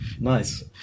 Nice